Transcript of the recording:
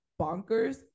bonkers